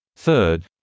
Third